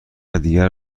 دیگر